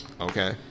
Okay